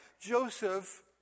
Joseph